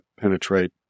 penetrate